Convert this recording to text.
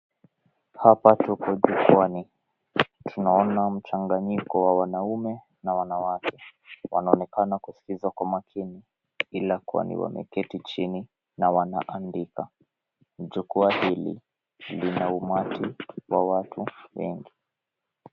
Hapa tuko jukwaki. Tunaona mchanganyiko wa wanaume na wanawake, wanaonekana kuskiza kwa makini ila kwani wameketi chini na wanaandika. Jukwaa hili lina umati wa watu wengi.